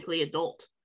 adult